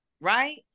right